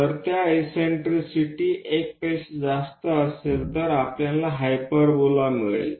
जर इससेन्ट्रिसिटी 1 पेक्षा जास्त असेल तर आपल्याला हाइपरबोला मिळेल